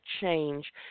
change